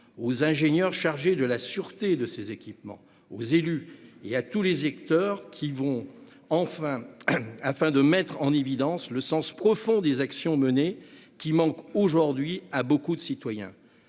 aux ingénieurs chargés de la sûreté de ces derniers, aux élus et à tous les acteurs, afin de mettre en évidence le sens profond des actions menées, qui manque aujourd'hui à beaucoup de citoyens.